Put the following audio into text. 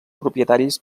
propietaris